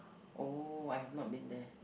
oh I've not been there